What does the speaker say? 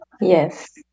Yes